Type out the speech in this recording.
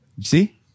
See